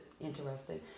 interesting